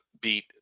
beat